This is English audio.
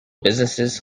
businesses